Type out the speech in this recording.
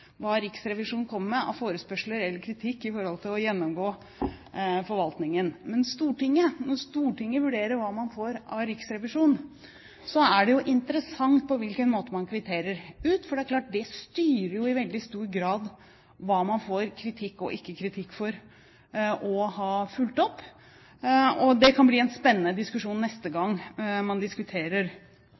hva Riksrevisjonen kommer med av forespørsler eller kritikk når det gjelder å gjennomgå forvaltningen. Men når Stortinget vurderer det man får av Riksrevisjonen, er det jo interessant på hvilken måte man kvitterer ut, for det er klart at det styrer jo i veldig stor grad hva man får kritikk for, og hva man ikke får kritikk for, å ha fulgt opp. Det kan bli en spennende diskusjon neste gang man diskuterer